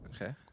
Okay